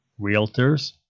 realtors